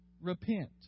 repent